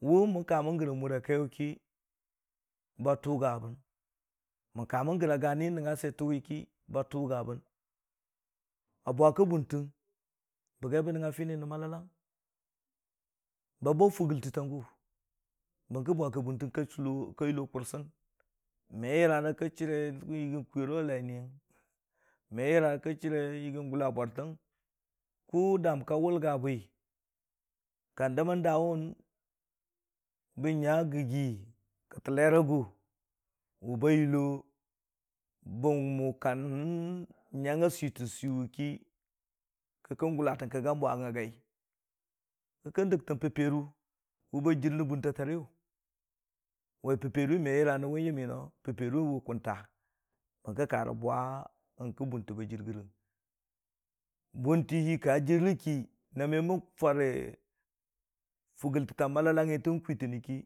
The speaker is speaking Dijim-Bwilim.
wu man ka man gara mura kaiyu kii ba tugaban man ka man gara gani nangnga swiyeta we ki ba tuga ban a bwa ka buntang bagi ba nangnga fini, nan malalang ba bau fugalta gu barki bwa ka buntan ka yulo kursang me yara ka chire yigi kwiyora lai niyang me yara ka chire yiigan gulla bwartang ku daam ba wulga bwi kanda man da wun ban nya gaggi katalle ragu wu ba yulo ban mo kam han nyang a swita swiwe ki ka kan gula tan ka gan bwang a gai, ka kan dagtang papero wu ba jir nan bunta tariyu, wai papero me yara wun yammi no papero wu kunta barki ka ra bwanyang ka bwanta ba jir garang, bwanti ka jiri ki na me man fara fungla ta malalangngi ki.